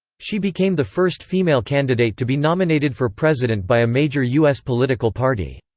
she became the first female candidate to be nominated for president by a major u s. political party.